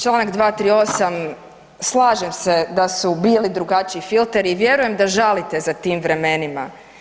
Članak 238., slažem se da su bili drugačiji filteri i vjerujem da žalite za tim vremenima.